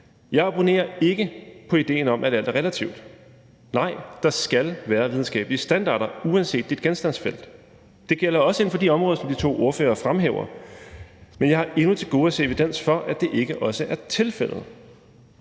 Jeg abonnerer ikke på idéen om, at alt er relativt. Nej, der skal være videnskabelige standarder uanset ens genstandsfelt. Det gælder også inden for de områder, som de to forespørgere fremhæver, men jeg har endnu til gode at se evidens for, at det ikke er tilfældet.